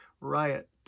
Riot